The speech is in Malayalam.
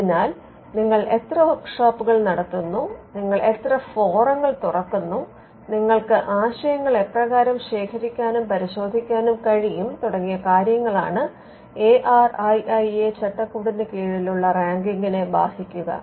അതിനാൽ നിങ്ങൾ എത്ര വർക്ക്ഷോപ്പുകൾ നടത്തുന്നു നിങ്ങൾ എത്ര ഫോറങ്ങൾ തുറക്കുന്നു നിങ്ങൾക്ക് ആശയങ്ങൾ എപ്രകാരം ശേഖരിക്കാനും പരിശോധിക്കാനും കഴിയും തുടങ്ങിയ കാര്യങ്ങളാണ് ARIIA ചട്ടക്കൂടിന് കീഴിലുള്ള റാങ്കിങ്ങിനെ ബാധിക്കുക